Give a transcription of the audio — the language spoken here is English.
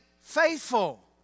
faithful